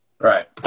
Right